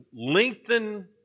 lengthen